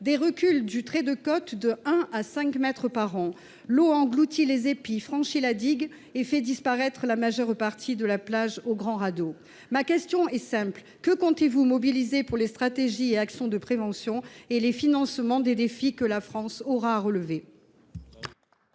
des reculs du trait de côte de 1 à 5 mètres par an, l’eau a englouti les épis, franchi la digue et fait disparaître la majeure partie de la plage au Grand Radeau ». Ma question est simple : quels moyens comptez vous mobiliser pour les stratégies et les actions de prévention, ainsi que pour le financement des défis que la France aura à relever ?